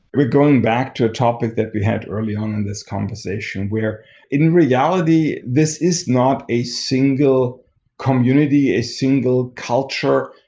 we're going back to a topic that we had early on in this conversation, where in reality, this is not a single community, a single culture,